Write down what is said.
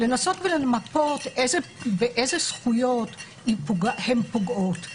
לנסות ולמפות באיזה זכויות הן פוגעות,